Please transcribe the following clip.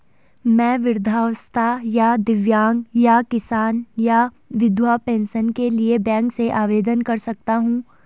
मैं वृद्धावस्था या दिव्यांग या किसान या विधवा पेंशन के लिए बैंक से आवेदन कर सकता हूँ?